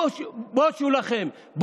בושו לכם.